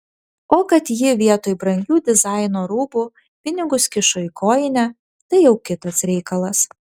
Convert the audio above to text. o kad ji vietoj brangių dizaino rūbų pinigus kišo į kojinę tai jau kitas reikalas